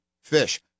fish